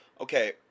Okay